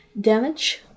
damage